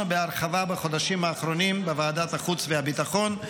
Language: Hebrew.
בהרחבה בחודשים האחרונים בוועדת החוץ והביטחון,